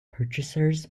purchasers